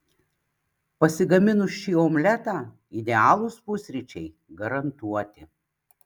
pasigaminus šį omletą idealūs pusryčiai garantuoti